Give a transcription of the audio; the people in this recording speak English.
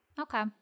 Okay